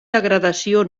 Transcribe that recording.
degradació